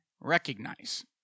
recognize